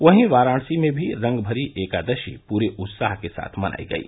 वहीं वाराणसी में भी रंगमरी एकादशी पूरे उत्साह के साथ मनायी गयी